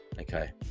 okay